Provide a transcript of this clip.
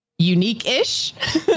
Unique-ish